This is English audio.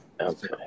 okay